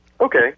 Okay